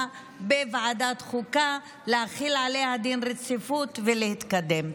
בוועדת החוקה ולהחיל עליה דין רציפות ולהתקדם.